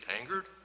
angered